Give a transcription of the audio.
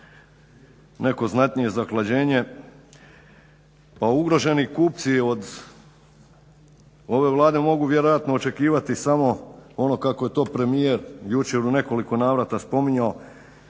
neko znatnije zahlađenje pa ugroženi kupci od ove Vlade mogu vjerojatno očekivati samo ono kako je to premijer jučer u nekoliko navrata spominjao